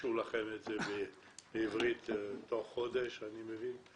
יגישו לכם את זה בעברית בתוך חודש, כך אני מבין.